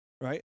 Right